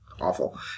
awful